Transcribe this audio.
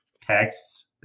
texts